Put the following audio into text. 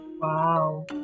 Wow